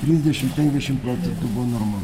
trisdešimt penkiasdešimt procentų buvo normalu